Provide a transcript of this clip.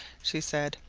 she said,